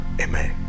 amen